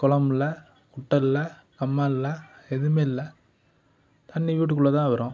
குளமில்ல குட்டை இல்லை கம்மாய் இல்லை எதுவும் இல்லை தண்ணிர் வீட்டுக்குள்ளே தான் வரும்